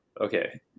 Okay